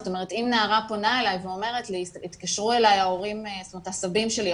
זאת אומרת אם נערה פונה אלי ואומרת לי 'התקשרו אלי הסבים שלי,